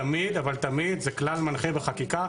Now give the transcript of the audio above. תמיד, אבל תמיד זה כלל בחקיקה,